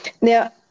Now